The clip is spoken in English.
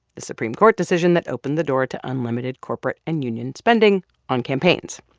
the supreme court decision that opened the door to unlimited corporate and union spending on campaigns.